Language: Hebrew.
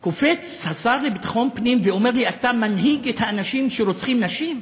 קופץ השר לביטחון פנים ואומר לי: אתה מנהיג את האנשים שרוצחים נשים?